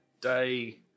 day